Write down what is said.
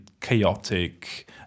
chaotic